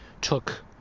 took